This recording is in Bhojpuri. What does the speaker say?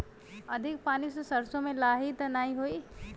अधिक पानी से सरसो मे लाही त नाही होई?